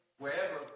wherever